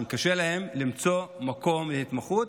קשה להם למצוא מקום להתמחות,